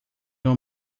uma